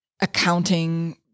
accounting